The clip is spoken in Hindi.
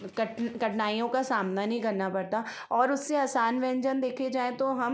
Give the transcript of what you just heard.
कठिनाइयों का सामना नहीं करना पड़ता और उससे आसान व्यंजन देखे जाएं तो हम